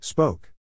Spoke